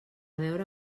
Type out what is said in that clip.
veure